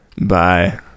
Bye